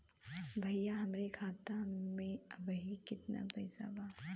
भईया हमरे खाता में अबहीं केतना पैसा बा?